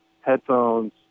headphones